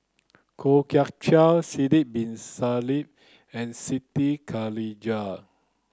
Kwok Kian Chow Sidek bin Saniff and Siti Khalijah